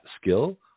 skill